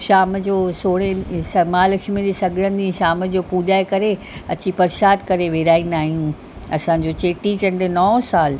शाम जो छोड़े महालक्ष्मीअ जे सॻड़नि ॾींहुं शाम जो पूॼाए करे अची परसाद करे विरहाईंदा आहियूं असांजो चेटी चंडु नओं सालु